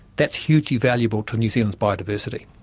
that's hugely valuable to new zealand's biodiversity.